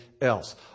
else